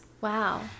Wow